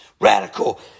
Radical